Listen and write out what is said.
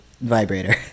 vibrator